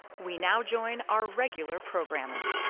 we now join our regular programming.